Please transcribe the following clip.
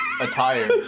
attire